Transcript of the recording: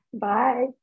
Bye